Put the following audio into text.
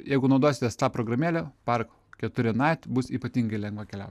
jeigu naudositės ta programėle park keturi nait bus ypatingai lengva keliaut